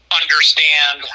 understand